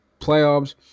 playoffs